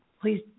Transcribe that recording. please